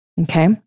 Okay